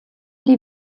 die